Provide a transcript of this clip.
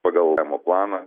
pagal planą